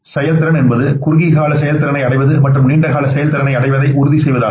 செயல்திறன் என்பது குறுகிய கால செயல்திறனை அடைவது மற்றும் நீண்ட கால செயல்திறனை அடைவதை உறுதி செய்வது ஆகும்